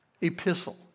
Epistle